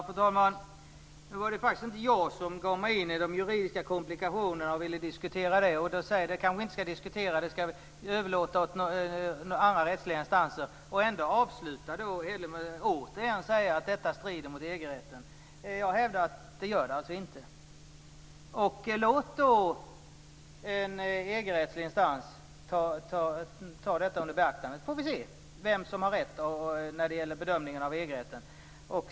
Fru talman! Nu var det faktiskt inte jag som gav mig in i de juridiska komplikationerna och ville diskutera dem. Carl Erik Hedlund säger att vi kanske inte ska diskutera detta utan överlåta det åt andra rättsliga instanser. Ändå avslutar han med att återigen säga att detta strider mot EG-rätten. Jag hävdar att det inte gör det. Låt då en EG-rättslig instans ta detta under beaktande, så får vi se vem som har rätt i fråga om bedömningen av EG-rätten.